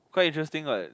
quite interesting what